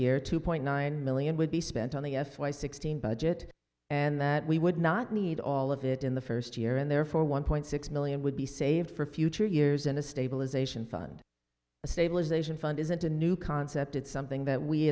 year two point nine million would be spent on the f y sixteen budget and that we would not need all of it in the first year and therefore one point six million would be saved for future years in a stabilization fund a stabilization fund isn't a new concept it's something that we